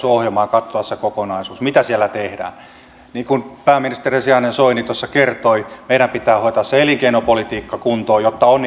katsoa se kokonaisuus mitä siellä tehdään niin kuin pääministerin sijainen soini tuossa kertoi meidän pitää hoitaa se elinkeinopolitiikka kuntoon jotta on